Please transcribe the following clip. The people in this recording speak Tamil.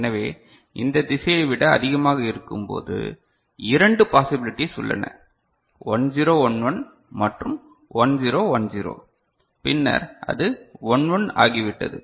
எனவே இந்த திசையை விட அதிகமாக இருக்கும்போது இரண்டு பாஸிபிலிடீஸ் உள்ளன 1 0 1 1 மற்றும் 1 0 1 0 பின்னர் அது 11 ஆகிவிட்டது